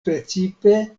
precipe